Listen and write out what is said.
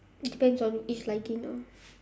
depends on each liking ah